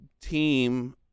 team